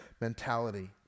mentality